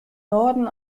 norden